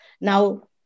Now